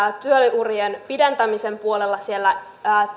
työurien pidentämisen puolella